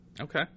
Okay